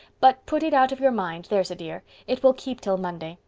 but put it out of your mind, there's a dear. it will keep till monday.